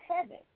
heaven